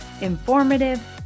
informative